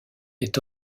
est